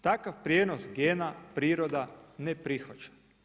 Takav prijenos gena priroda ne prihvaća.